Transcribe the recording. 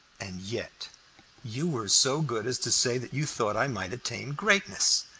and yet you were so good as to say that you thought i might attain greatness,